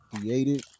created